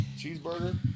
Cheeseburger